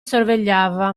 sorvegliava